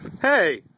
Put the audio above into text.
Hey